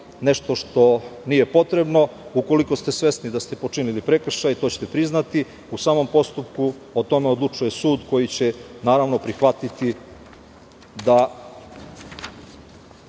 nešto što nije potrebno. Ukoliko ste svesni da ste počinili prekršaj, to ćete priznati u samom postupku.O tome odlučuje sud koji će, naravno prihvatiti da